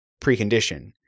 precondition